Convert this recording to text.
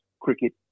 cricket